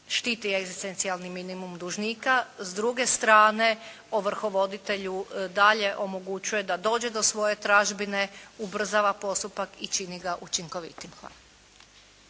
štiti egzistencijalni minimum dužnika, s druge strane ovrhovoditelju dalje omogućuje da dođe do svoje tražbine, ubrzava postupak i čini ga učinkovitijim. Hvala.